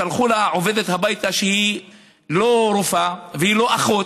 שלחו לה עובדת הביתה שהיא לא רופאה והיא לא אחות,